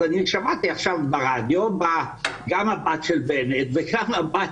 שמעתי עכשיו ברדיו שגם הבת של בנט וגם הבת